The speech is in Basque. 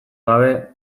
gabe